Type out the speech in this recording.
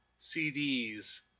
CDs